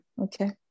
Okay